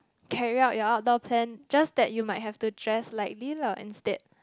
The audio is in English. carry out your outdoor plan just that you might have to dress lightly lah and instead